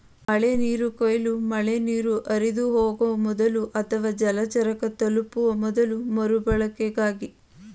ಮಳೆನೀರು ಕೊಯ್ಲು ಮಳೆನೀರು ಹರಿದುಹೋಗೊ ಮೊದಲು ಅಥವಾ ಜಲಚರ ತಲುಪುವ ಮೊದಲು ಮರುಬಳಕೆಗಾಗಿ ಸಂಗ್ರಹಣೆಮಾಡೋದಾಗಿದೆ